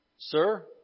Sir